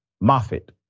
Moffitt